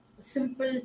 simple